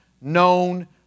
known